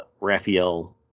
Raphael